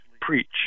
preach